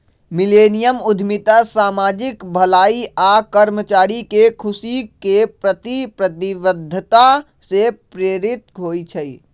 millennium उद्यमिता सामाजिक भलाई आऽ कर्मचारी के खुशी के प्रति प्रतिबद्धता से प्रेरित होइ छइ